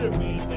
ah me